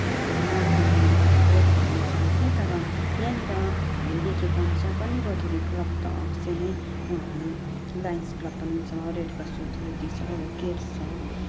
नाम त म थुप्रैको भन्नु चहान्थेँ तर यहाँनिर लेखेको अनुसार पनि रोटेरी क्लब त अवस्य नै उहाँले लाइन्स क्लब पनि छ रेड क्रस सोसाइटी छ हु केयर्स छ